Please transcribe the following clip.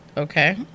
okay